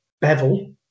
Bevel